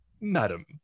Madam